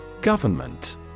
Government